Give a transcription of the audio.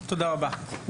תודה רבה.